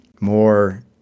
more